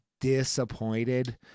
disappointed